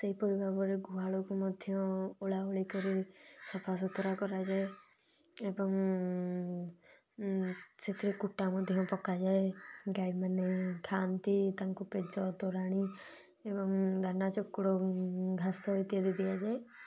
ସେହିପରି ଭାବରେ ଗୁହାଳକୁ ମଧ୍ୟ ଓଳା ଓଳି କରି ସଫାସୁତୁରା କରାଯାଏ ଏବଂ ସେଥିରେ କୁଟା ମଧ୍ୟ ପକାଯାଏ ଗାଈମାନେ ଖାଆନ୍ତି ତାଙ୍କୁ ପେଜ ତୋରାଣି ଏବଂ ଦାନା ଚୋକଡ଼ ଘାସ ଇତ୍ୟାଦି ଦିଆଯାଏ